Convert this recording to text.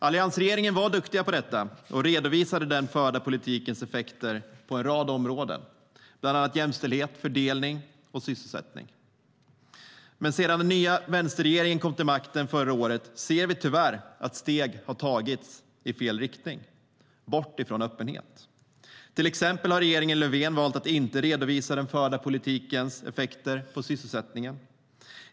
Alliansregeringen var duktig på detta och redovisade den förda politikens effekter på en rad områden, bland annat när det gäller jämställdhet, fördelning och sysselsättning. Men sedan den nya vänsterregeringen kom till makten förra året ser vi tyvärr att steg har tagits i fel riktning - bort från öppenhet. Till exempel har regeringen Löfven valt att inte redovisa den förda politikens effekter på sysselsättningen.